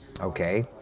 Okay